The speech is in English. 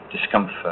discomfort